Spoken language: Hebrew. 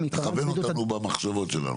הוראת היועצת המשפטית על נושא אחר.